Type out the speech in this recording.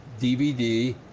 DVD